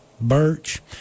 birch